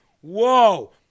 whoa